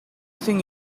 think